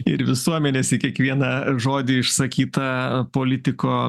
ir visuomenės į kiekvieną žodį išsakytą politiko